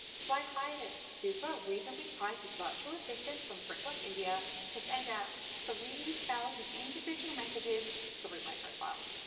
so i hired a super reasonably priced virtual assistant from brickwork india to send out three thousand individual messages through my profile.